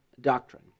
Doctrine